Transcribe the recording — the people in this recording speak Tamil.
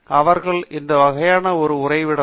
எனவே அவர்கள் அந்த வகையிலான ஒரு உறைவிடம்